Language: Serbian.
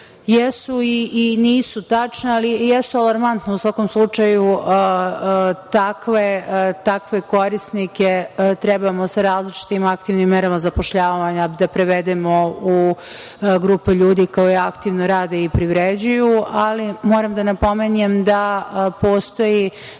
jesu i nisu tačna, ali i jesu alarmantna. U svakom slučaju takve korisnike trebamo sa različitim aktivnim merama zapošljavanja da prevedemo u grupu ljudi koji aktivno rade i privređuju, ali moram da napomenem da postoji